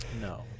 No